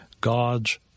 God's